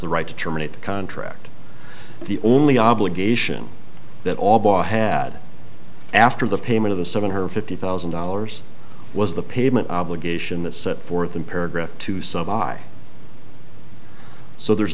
the right to terminate the contract the only obligation that all bar had after the payment of the seven hundred fifty thousand dollars was the pavement obligation that set forth in paragraph two some i so there's